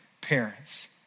parents